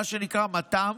מה שנקרא מת"מ,